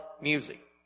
music